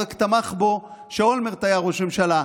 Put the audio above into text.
הוא רק תמך בו כשאולמרט היה ראש הממשלה,